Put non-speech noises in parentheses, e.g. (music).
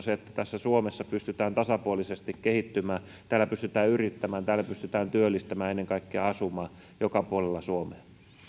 (unintelligible) se että täällä suomessa pystytään tasapuolisesti kehittymään täällä pystytään yrittämään täällä pystytään työllistämään ja ennen kaikkea asumaan joka puolella suomea